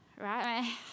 right